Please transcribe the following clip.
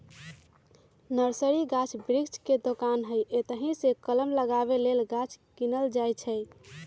nursery गाछ वृक्ष के दोकान हइ एतहीसे कलम लगाबे लेल गाछ किनल जाइ छइ